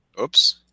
Oops